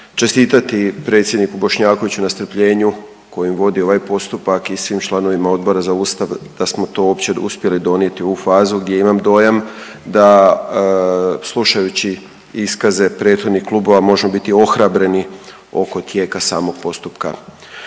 čestitati predsjedniku Bošnjakoviću na strpljenju koji vodi ovaj postupak i svim članovima Odbora za ustav da smo to uopće uspjeli donijeti u ovu fazu gdje imam dojam da slušajući iskaze prethodnih klubova možemo biti ohrabreni oko tijeka samog postupka.